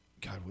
God